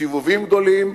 סיבובים גדולים.